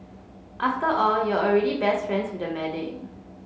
after all you're already best friends with the medic